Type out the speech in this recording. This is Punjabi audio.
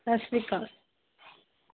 ਸਤਿ ਸ਼੍ਰੀ ਅਕਾਲ